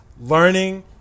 Learning